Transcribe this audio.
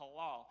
halal